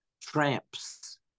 tramps